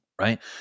Right